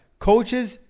Coaches